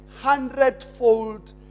hundredfold